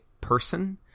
person